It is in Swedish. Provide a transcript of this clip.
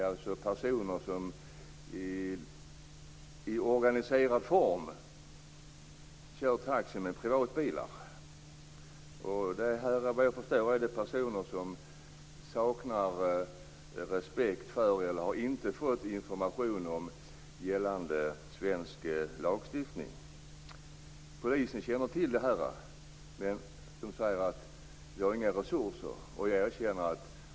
Det är personer som i organiserad form kör taxi med privatbilar. Det är, vad jag förstår, personer som saknar respekt för eller inte har fått information om gällande svensk lagstiftning. Polisen känner till detta, men har inga resurser.